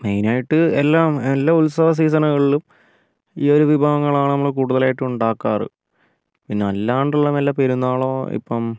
മെയിനായിട്ട് എല്ലാ എല്ലാ ഉത്സവ സീസണുകളിലും ഈ ഒരു വിഭവങ്ങളാണ് നമ്മൾ കൂടുതലായിട്ടും ഉണ്ടാക്കാർ പിന്നെ അല്ലാണ്ടുള്ള പെരുന്നാളോ ഇപ്പം